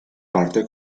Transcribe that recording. parte